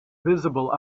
visible